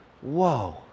Whoa